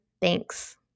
Thanks